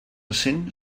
cent